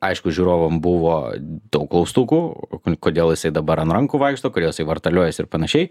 aišku žiūrovam buvo daug klaustukų kodėl jisai dabar ant rankų vaikšto kodėl jisai vartaliojasi ir panašiai